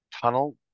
tunnel